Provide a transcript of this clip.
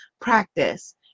practice